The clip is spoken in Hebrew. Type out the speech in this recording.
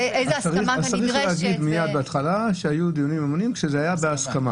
אז צריך להגיד ישר בהתחלה שהדיונים בעניינים הנוספים היו בהסכמה.